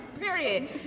Period